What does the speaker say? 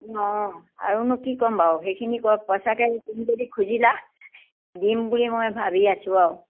অঁ আৰুনো কি ক'ম বাাৰু সেইখিনি পইচাকে তুমি যদি খুজিলা দিম বুলি মই ভাবি আছোঁ আৰু